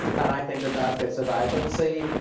and i think that that gives a vibrancy